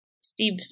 Steve